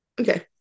Okay